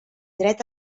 dret